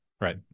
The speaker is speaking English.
Right